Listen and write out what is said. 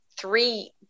three